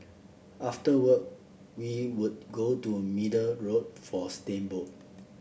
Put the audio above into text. after work we would go to Middle Road for steamboat